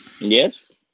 yes